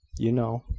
you know.